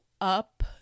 up